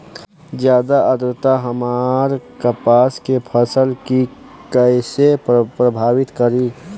ज्यादा आद्रता हमार कपास के फसल कि कइसे प्रभावित करी?